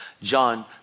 John